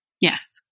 Yes